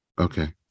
Okay